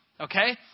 Okay